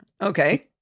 Okay